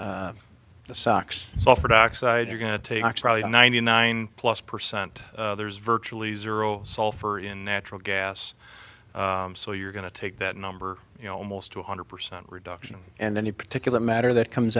take ninety nine plus percent there's virtually zero sulfur in natural gas so you're going to take that number you know almost two hundred percent reduction and any particular matter that comes